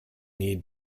need